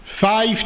Five